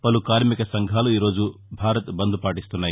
పలు కార్మిక సంఘాలు ఈరోజు భారత్ బంద్ పాటిస్తున్నాయి